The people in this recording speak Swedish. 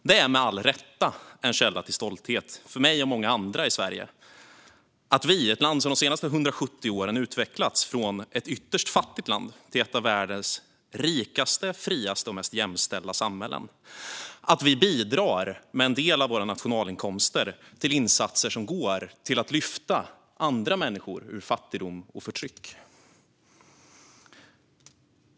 Det är, med all rätt, en källa till nationell stolthet för mig och många andra i Sverige att vi, ett land som de senaste 170 åren utvecklats från ett ytterst fattigt land till ett av världens rikaste, friaste och mest jämställda samhällen, bidrar med en del av våra nationalinkomster till insatser för att lyfta andra människor ur fattigdom och förtryck.